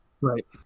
Right